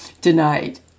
tonight